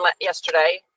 yesterday